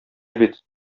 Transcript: бит